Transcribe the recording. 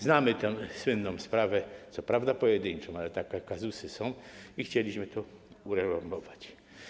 Znamy tę słynną sprawę, co prawda pojedynczą, ale takie kazusy są i chcieliśmy to uregulować.